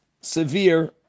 severe